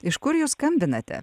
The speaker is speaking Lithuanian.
iš kur jūs skambinate